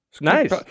Nice